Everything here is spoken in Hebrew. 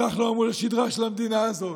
אנחנו עמוד השדרה של המדינה הזאת,